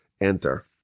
enter